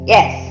Yes